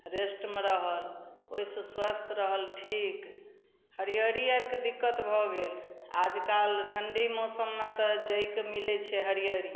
रेस्टमे रहल ओहिसे स्वस्थ रहल ठीक हरिअरी आरके दिक्कत भऽ गेल आजकल ठण्डी मौसममे तऽ जइके मिलै छै हरिअरी